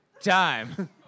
Time